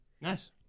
Nice